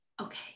Okay